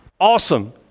Awesome